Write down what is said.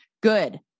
Good